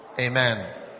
Amen